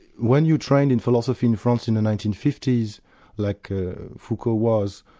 when you trained in philosophy in france in the nineteen fifty s like foucault was,